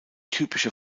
typische